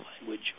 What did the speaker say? language